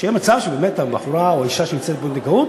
שיהיה מצב שבאמת הבחורה או האישה שנמצאת בפונדקאות